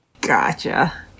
gotcha